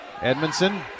Edmondson